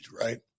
right